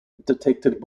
detected